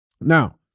now